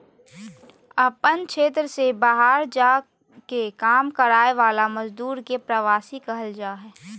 अपन क्षेत्र से बहार जा के काम कराय वाला मजदुर के प्रवासी कहल जा हइ